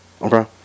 Okay